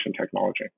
technology